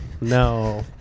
No